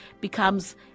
becomes